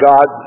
God